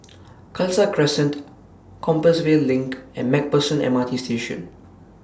Khalsa Crescent Compassvale LINK and MacPherson M R T Station